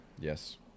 Yes